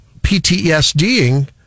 PTSDing